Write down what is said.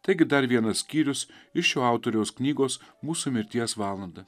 taigi dar vienas skyrius iš šio autoriaus knygos mūsų mirties valandą